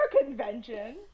convention